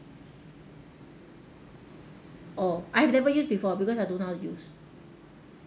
oh I've never use before because I don't know how to use